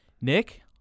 Nick